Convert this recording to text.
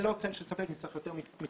ללא צל של ספק, נצטרך יותר מתחדשות.